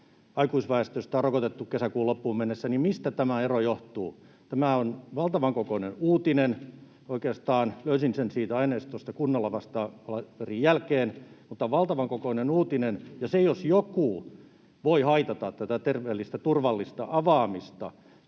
aikuisväestöstä on rokotettu kesäkuun loppuun mennessä, niin mistä tämä ero johtuu? Tämä on valtavan kokoinen uutinen. Oikeastaan löysin sen siitä aineistosta kunnolla vasta palaverin jälkeen, mutta se on valtavan kokoinen uutinen, ja se jos joku voi haitata tätä terveellistä, turvallista avaamista.